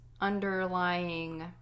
underlying